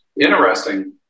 Interesting